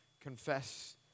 confess